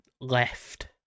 left